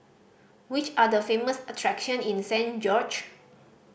which are the famous attraction in Saint George